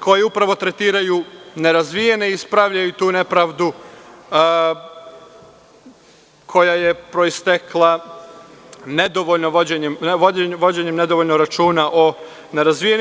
koji upravo tretiraju nerazvijene i ispravljaju tu nepravdu koja je proistekla vođenjem nedovoljno računa o nerazvijenima.